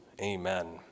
Amen